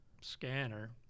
scanner